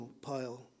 pile